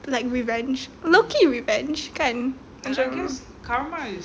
like revenge lucky revenge kan macam